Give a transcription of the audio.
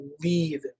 leave